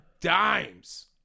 dimes